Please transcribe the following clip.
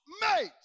made